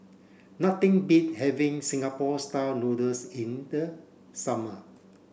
nothing beat having Singapore style noodles in the summer